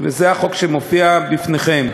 וזה החוק שמופיע בפניכם.